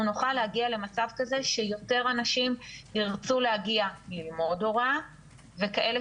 נוכל להגיע למצב כזה שיותר אנשים ירצו להגיע ללמוד הוראה וכאלה